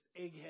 egghead